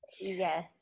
yes